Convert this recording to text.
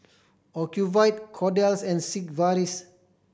Ocuvite Kordel's and Sigvaris